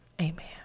Amen